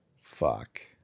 Fuck